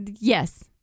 Yes